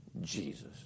Jesus